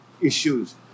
issues